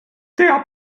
der